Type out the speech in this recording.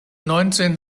neunzehn